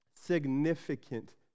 Significant